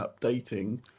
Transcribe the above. updating